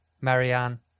Marianne